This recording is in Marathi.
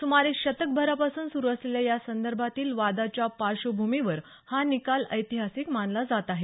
सुमारे शतक भरापासून सुरू असलेल्या यासंदर्भातील वादाच्या पार्श्वभूमीवर हा निकाल ऐतिहासिक मानला जात आहे